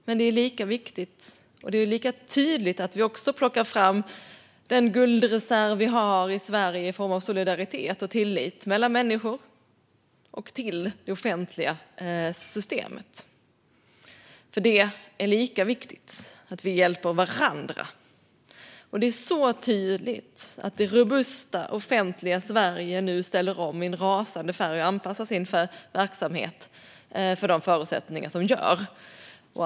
Men det är lika viktigt och lika tydligt att vi också plockar fram den guldreserv vi har i Sverige i form av solidaritet och tillit mellan människor och till det offentliga systemet, för det är lika viktigt att vi hjälper varandra. Det är så tydligt att det robusta offentliga Sverige nu ställer om i rasande takt och anpassar sin verksamhet till de förutsättningar som råder.